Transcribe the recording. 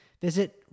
visit